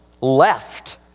left